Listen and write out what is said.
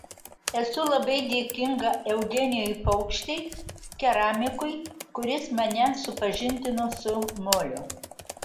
esu labai dėkinga eugenijui paukštei keramikui kuris mane supažindino su moliu